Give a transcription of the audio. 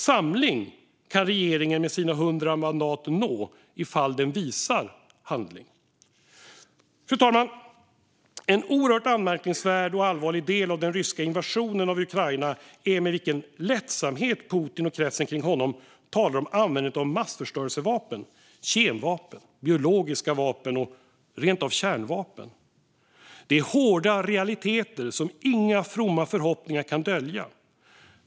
Samling kan regeringen med sina 100 mandat nå ifall den visar handling. Fru talman! En oerhört anmärkningsvärd och allvarlig del av den ryska invasionen av Ukraina är med vilken lättsamhet Putin och kretsen kring honom talar om användandet av massförstörelsevapen: kemvapen, biologiska vapen och rent av kärnvapen. Det är hårda realiteter som inga fromma förhoppningar kan dölja.